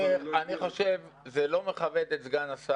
אבל --- אני חושב שזה לא מכבד את סגן השר